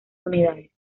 unidades